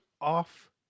off